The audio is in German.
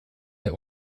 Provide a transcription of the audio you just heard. der